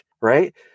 right